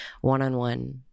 one-on-one